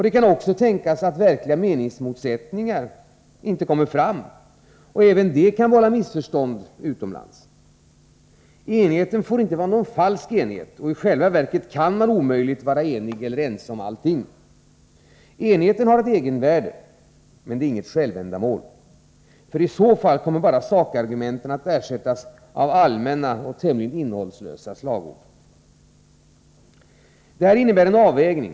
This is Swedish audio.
Det kan också tänkas att verkliga meningsmotsättningar inte kommer fram, och även detta kan vålla missförstånd utomlands. Enigheten får inte vara någon falsk enighet, och i själva verket kan man omöjligt vara ense om allting. Enigheten har ett egenvärde men är inget självändamål. I så fall kommer bara sakargumenten att ersättas av allmänna och tämligen innehållslösa slagord. Detta innebär en avvägning.